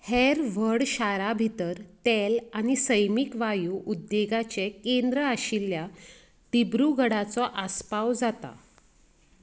हेर व्हड शारा भितर तेल आनी सैमीक वायू उद्देगाचे केंद्र आशिल्ल्या डिब्रूगडाचो आस्पाव जाता